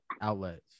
outlets